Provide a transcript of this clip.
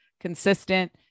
consistent